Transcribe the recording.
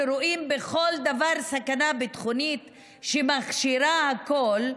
שרואים בכל דבר סכנה ביטחונית שמכשירה הכול,